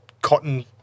cotton